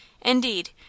Indeed